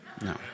No